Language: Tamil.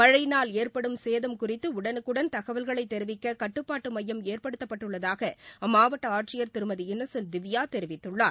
மனழயினால் ஏற்படும் சேதம் குறித்து உடனுக்குடன் தகவல்களை தெரிவிக்க கட்டுப்பாட்டு மையம் ஏற்படுத்தப்பட்டுள்ளதாக மாவட்டஆட்சியர் திருமதி இன்னசென்ட் திவ்யா தெரிவித்துள்ளார்